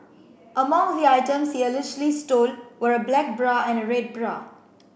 among the items he allegedly stole were a black bra and a red bra